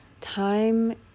time